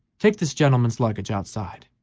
take this gentleman's luggage outside,